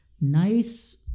nice